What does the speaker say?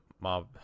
mob